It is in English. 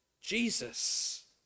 Jesus